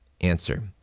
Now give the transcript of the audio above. Answer